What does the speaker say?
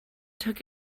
took